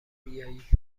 بیایی